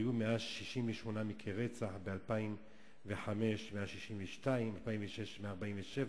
היו 168 מקרי רצח, ב-2005, 162, ב-2006, 147,